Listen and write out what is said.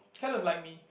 kind of like me